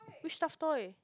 which stuffed toy